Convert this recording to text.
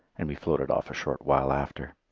and we floated off a short while after.